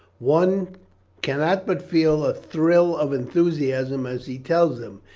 one cannot but feel a thrill of enthusiasm as he tells them.